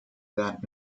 that